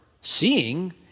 seeing